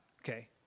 Okay